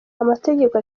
amategeko